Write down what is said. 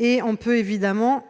On